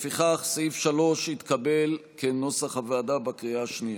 לפיכך, סעיף 3 נתקבל כנוסח הוועדה בקריאה השנייה.